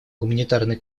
гуманитарный